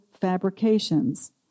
fabrications